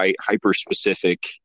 hyper-specific